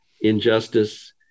injustice